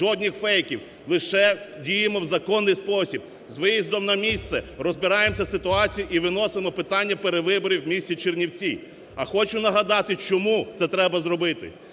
жодних фейків, лише діємо в законний спосіб з виїздом на місце, розбираємося із ситуацією і виносимо питання перевиборів в місті Чернівці. А хочу нагадати, чому це треба зробити.